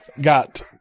got